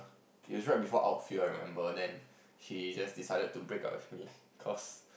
it was right before outfield I remember then she just decided to break up with me because